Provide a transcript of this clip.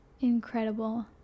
incredible